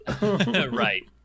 right